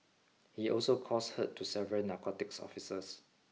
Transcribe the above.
he also caused hurt to several narcotics officers